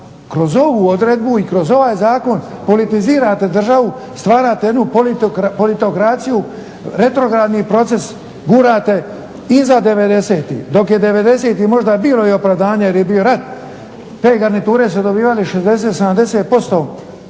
kroz ovu odredbu i kroz ovaj zakon politizirate državu, stvarate jednu politokraciju retrogradni proces, gurate iza devedesetih, dok je devedesetih možda i bilo opravdanje jer je bio rat. Te garniture su dobivale 60, 70%